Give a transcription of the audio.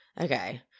Okay